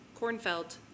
Kornfeld